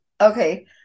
okay